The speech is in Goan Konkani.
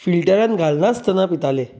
फिलटरान घालनास्तना पिताले